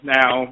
now